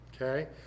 okay